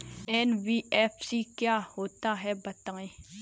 NBFC क्या होता है बताएँ?